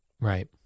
Right